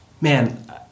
Man